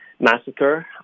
massacre